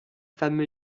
femme